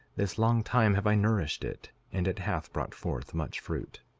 this long time have i nourished it, and it hath brought forth much fruit.